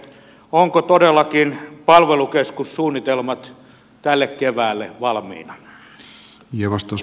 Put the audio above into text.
ovatko todellakin palvelukeskussuunnitelmat tälle keväälle valmiina